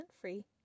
free